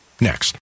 Next